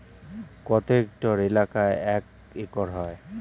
কত হেক্টর এলাকা এক একর হয়?